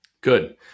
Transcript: Good